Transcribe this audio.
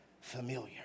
familiar